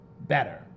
better